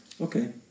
Okay